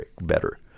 better